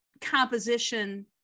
composition